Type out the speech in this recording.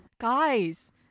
guys